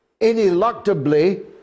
ineluctably